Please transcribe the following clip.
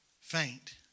Faint